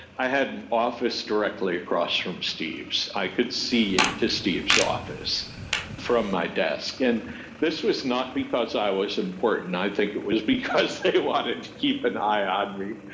i had an office directly across from steve's. i could see into steve's office from my desk, and this was not because i was important. i think it was because he wanted to keep an eye on me.